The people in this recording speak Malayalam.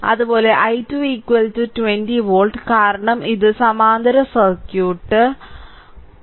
അതുപോലെ i2 20 വോൾട്ട് കാരണം ഇത് സമാന്തര സർക്യൂട്ട് 60